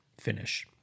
finish